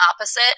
opposite